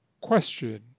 question